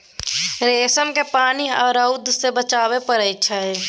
रेशम केँ पानि आ रौद सँ बचाबय पड़इ छै